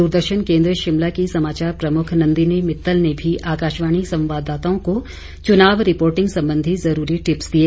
दूरदर्शन केन्द्र शिमला की समाचार प्रमुख नंदिनी मित्तल ने भी आकाशवाणी संवाददाताओं को चुनाव रिपोर्टिंग संबंधी ज़रूरी टिप्स दिए